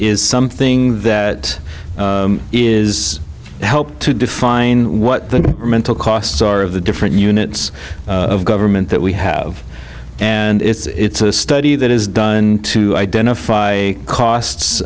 is something that is help to define what the mental costs are of the different units of government that we have and it's a study that is done to identify costs